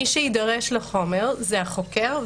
מי שיידרש לחומר זה החוקר,